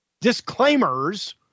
disclaimers